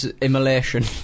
immolation